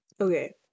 Okay